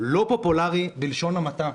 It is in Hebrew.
לא פופולרי, בלשון המעטה,